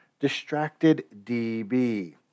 DistractedDB